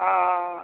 অঁ অঁ অঁ